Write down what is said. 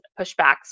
pushbacks